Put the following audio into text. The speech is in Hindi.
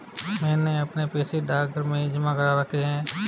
मैंने अपने पैसे डाकघर में ही जमा करा रखे हैं